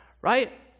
right